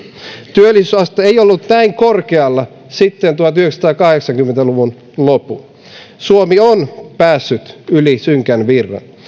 työllisyysaste ei ole ollut näin korkealla sitten tuhatyhdeksänsataakahdeksankymmentä luvun lopun suomi on päässyt yli synkän virran